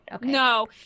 No